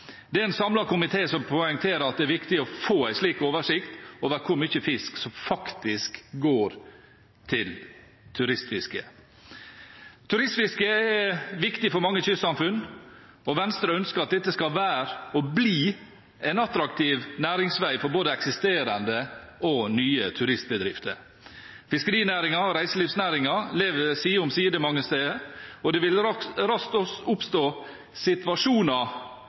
Det er en samlet komité som poengterer at det er viktig å få en oversikt over hvor mye fisk som faktisk går til turistfiske. Turistfiske er viktig for mange kystsamfunn, og Venstre ønsker at dette skal være og bli en attraktiv næringsvei for både eksisterende og nye turistbedrifter. Fiskerinæringen og reiselivsnæringen lever side om side mange steder, og det vil raskt oppstå situasjoner